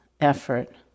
effort